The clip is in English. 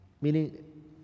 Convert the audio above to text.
Meaning